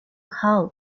hull